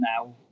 now